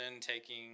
taking